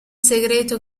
segreto